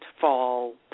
fall